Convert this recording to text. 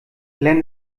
glenn